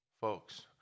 Folks